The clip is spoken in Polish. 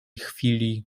chwili